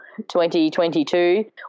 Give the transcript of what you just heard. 2022